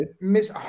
Miss